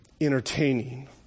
entertaining